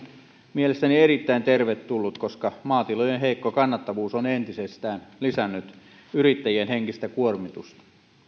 mielestäni erittäin tervetullut koska maatilojen heikko kannattavuus on entisestään lisännyt yrittäjien henkistä kuormitusta